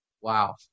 Wow